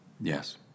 Yes